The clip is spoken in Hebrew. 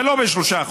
ולא ב-3%.